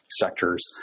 sectors